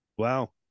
Wow